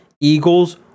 eagles